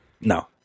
no